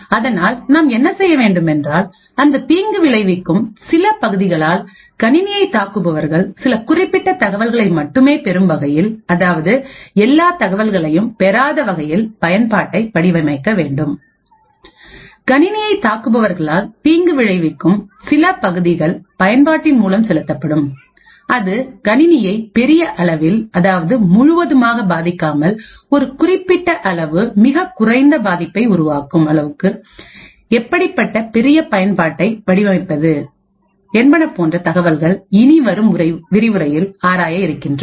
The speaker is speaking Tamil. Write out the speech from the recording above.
அதனால் நாம் என்ன செய்ய வேண்டும் என்றால் அந்த தீங்கு விளைவிக்கும் சில பகுதிகளால் கணினியை தாக்குபவர்கள் சில குறிப்பிட்ட தகவல்களை மட்டுமே பெரும் வகையில் அதாவது எல்லா தகவல்களையும் பெறாத வகையில் பயன்பாட்டை வடிவமைக்க வேண்டும் கணினியை தாக்குபவர்களால் தீங்கு விளைவிக்கும் சில பகுதிகள் பயன்பாட்டின் மூலம் செலுத்தப்படும் அது கணினியை பெரிய அளவில் அதாவது முழுவதுமாக பதிக்காமல் ஒரு குறிப்பிட்ட அளவு மிகக்குறைந்த பாதிப்பை உருவாக்கும் அளவுக்கு எப்படிப்பட்ட பெரிய பயன்பாட்டை வடிவமைப்பது என்பன போன்ற தகவல்களை இனிவரும் விரிவுரையில் ஆராய இருக்கின்றோம்